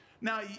Now